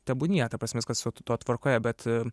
tebūnie ta prasme viskas su tuo tvarkoje bet